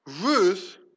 Ruth